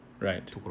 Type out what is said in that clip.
Right